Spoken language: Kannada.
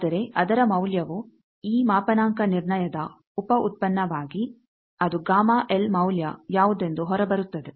ಆದರೆ ಅದರ ಮೌಲ್ಯವು ಈ ಮಾಪನಾಂಕ ನಿರ್ಣಯದ ಉಪ ಉತ್ಪನ್ನವಾಗಿ ಅದು Γ L ಮೌಲ್ಯ ಯಾವುದೆಂದು ಹೊರಬರುತ್ತದೆ